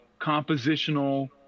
compositional